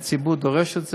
הציבור דורש את זה,